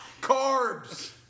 Carbs